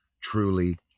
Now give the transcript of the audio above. truly